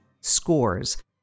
scores